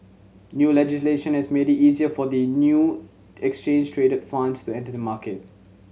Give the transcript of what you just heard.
new legislation has made it easier for the new exchange traded funds to enter the market